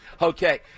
Okay